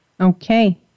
Okay